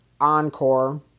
Encore